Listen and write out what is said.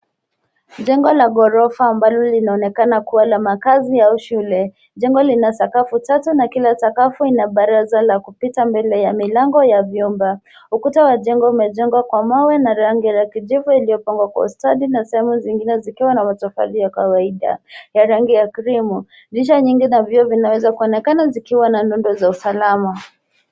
Jengo la ghorofa ambalo linaonekana kuwa la makazi au shule. Jengo lina sakafu chache na kila sakafu ina baraza la kupita mbele ya milango ya vyumba. Ukuta wa jengo umejengwa kwa mawe na rangi la kijivu iliyopangwa kwa ustadi na sehemu zingine zikiwa na matofali ya kawaida ya rangi ya krimu. Dirisha nyingi na vioo vinawezakuonekana zikiwa na nundu za usalama.